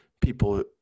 people